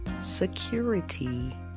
security